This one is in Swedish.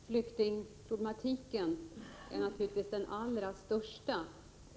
Herr talman! Flyktingproblematiken är naturligtvis den allra största